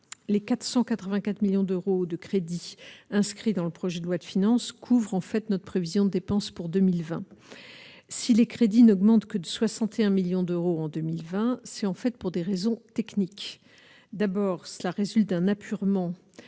les 484 millions d'euros de crédits inscrits dans le projet de loi de finances couvre en fait notre prévision de dépenses pour 2020 si les crédits n'augmente que de 61 millions d'euros en 2020, c'est en fait pour des raisons techniques, d'abord cela résulte d'un apurement de enfin,